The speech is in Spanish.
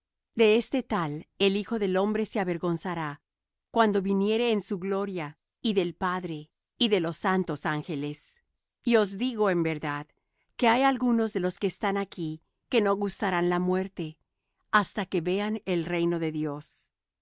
de este tal el hijo del hombre se avergonzará cuando viniere en su gloria y del padre y de los santos ángeles y os digo en verdad que hay algunos de los que están aquí que no gustarán la muerte hasta que vean el reino de dios